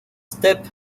step